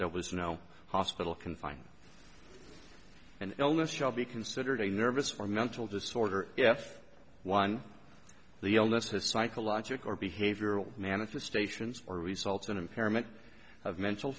there was no hospital confined an illness shall be considered a nervous or mental disorder if one of the onus has psychological or behavioral manifestations or results in impairment of mental